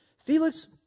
Felix